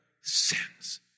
sins